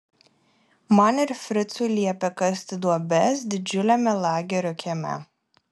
man ir fricui liepė kasti duobes didžiuliame lagerio kieme